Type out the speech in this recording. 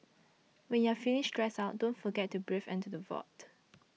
when you are feeling stressed out don't forget to breathe into the void